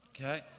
Okay